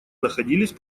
находились